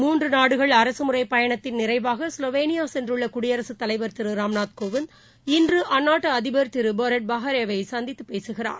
முன்றுநாடுகள் அரசுமுறைபயணத்தின் நிறைவாக ஸ்வொவேனியாசென்றுள்ளகுடியரசுத் தலைவர் திருராம்நாத் கோவிந்த் இன்றுஅந்நாட்டுஅதிபர் திருபோரட் பாஹோரைசந்தித்துபேசுகிறார்